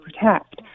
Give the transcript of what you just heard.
protect